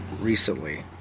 recently